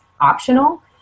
optional